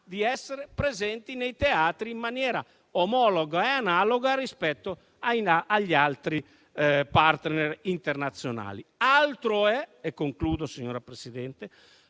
di essere presenti nei teatri in maniera omologa e analoga rispetto agli altri *partner* internazionali. Altro è - e concludo, signora Presidente